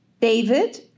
David